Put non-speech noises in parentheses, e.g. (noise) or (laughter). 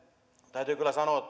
täytyy kyllä sanoa (unintelligible)